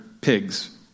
pigs